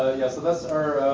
ah, yeah, so that's our ah,